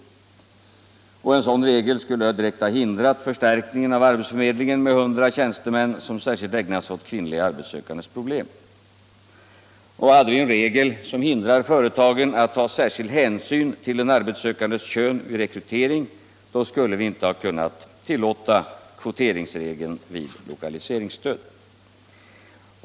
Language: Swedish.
Vidare skulle en sådan här regel direkt ha hindrat förstärkningen av arbetsförmedlingen med 100 tjänstemän som särskilt ägnar sig åt kvinnliga arbetssökandes problem. Och hade vi haft en regel som hindrar företagen att ta särskild hänsyn till en arbetssökandes kön vid rekrytering skulle vi inte ha kunnat tillåta kvoteringsregeln vid lokaliseringsstöd.